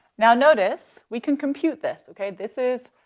now, notice, we can compute this, okay? this is,